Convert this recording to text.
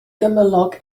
gymylog